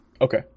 Okay